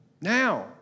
now